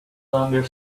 longer